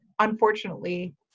unfortunately